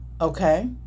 Okay